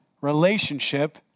relationship